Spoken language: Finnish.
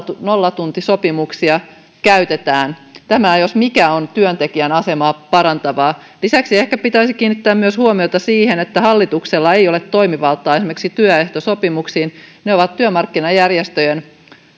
nollatuntisopimuksia käytetään tämä jos mikä on työntekijän asemaa parantavaa lisäksi ehkä pitäisi kiinnittää myös huomiota siihen että hallituksella ei ole toimivaltaa esimerkiksi työehtosopimuksiin ne ovat työmarkkinajärjestöjen